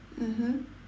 mmhmm